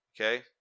Okay